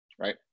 right